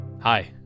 Hi